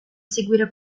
seguire